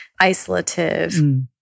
isolative